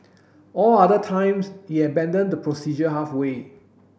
all other times it abandoned the procedure halfway